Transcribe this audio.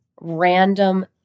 random